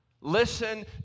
Listen